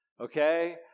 okay